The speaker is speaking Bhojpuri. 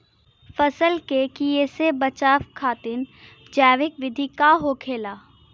फसल के कियेसे बचाव खातिन जैविक विधि का होखेला?